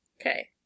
Okay